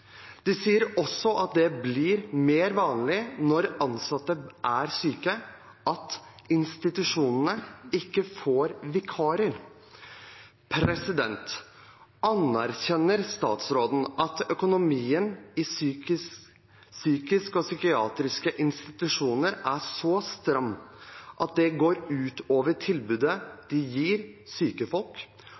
sier også det blir mer vanlig når ansatte er syke, at institusjonene ikke får vikarer. Anerkjenner statsråden at økonomien i psykiske og psykiatriske institusjoner er så stram at det går ut over tilbudet de gir